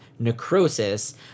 necrosis